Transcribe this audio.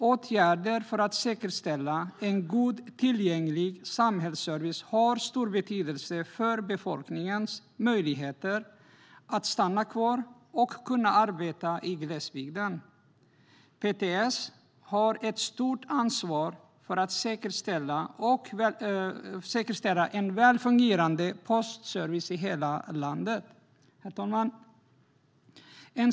Åtgärder för att säkerställa en god och tillgänglig samhällsservice har stor betydelse för befolkningens möjligheter att stanna kvar och arbeta i glesbygden. PTS har ett stort ansvar för att säkerställa en välfungerande postservice i hela landet. Herr talman!